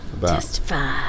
Testify